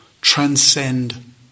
transcend